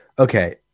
Okay